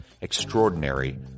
extraordinary